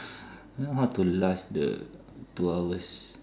how to last the two hours